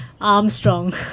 armstrong